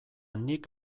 nik